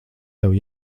tev